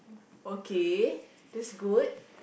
okay this good